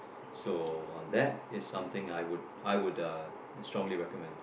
so that is something I would I would strongly recommend